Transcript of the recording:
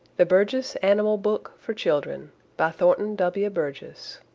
the burgess animal book for children by thornton w. burgess